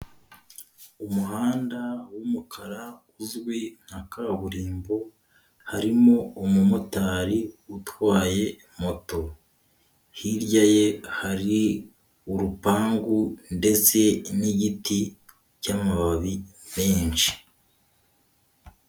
Umuhanda w'umukara uzwi nka kaburimbo, harimo umumotari utwaye moto, hirya ye hari urupangu ndetse n'igiti cy'mababi menshi.